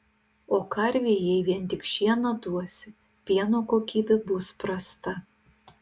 o karvei jei vien tik šieną duosi pieno kokybė bus prasta